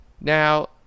Now